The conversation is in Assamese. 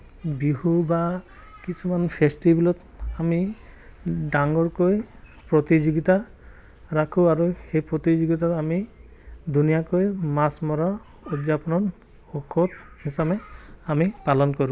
বিহু বা কিছুমান ফেষ্টিভেলত আমি ডাঙৰকৈ প্ৰতিযোগিতা ৰাখোঁ আৰু সেই প্ৰতিযোগিতাৰ আমি ধুনীয়াকৈ মাছ মৰা উদযাপন হিচাপে আমি পালন কৰোঁ